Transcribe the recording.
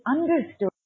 understood